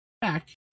back